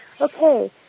okay